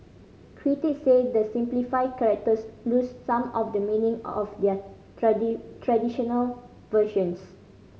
critic say the simplified characters lose some of the meaning of the traditional versions